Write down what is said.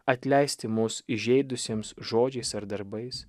atleisti mus įžeidusiems žodžiais ar darbais